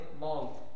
long